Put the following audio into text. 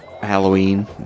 Halloween